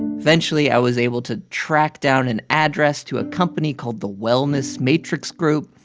eventually, i was able to track down an address to a company called the wellness matrix group,